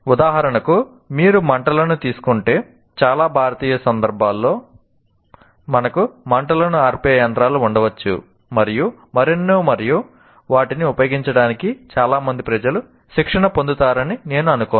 ఉదాహరణకు మీరు మంటలను తీసుకుంటే చాలా భారతీయ సందర్భాలలో మనకు మంటలను ఆర్పే యంత్రాలు ఉండవచ్చు మరియు మరెన్నో మరియు వాటిని ఉపయోగించడానికి చాలా మంది ప్రజలు శిక్షణ పొందుతారని నేను అనుకోను